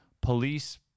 police